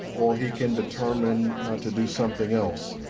or he can determine to do something else.